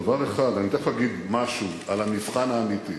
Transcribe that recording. דבר אחד, אני תיכף אגיד משהו על המבחן האמיתי.